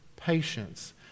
Patience